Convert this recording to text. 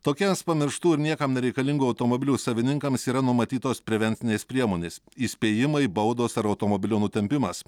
tokiems pamirštų ir niekam nereikalingų automobilių savininkams yra numatytos prevencinės priemonės įspėjimai baudos ar automobilio nutempimas